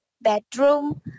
bedroom